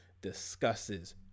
discusses